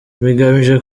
bigamije